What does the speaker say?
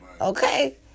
Okay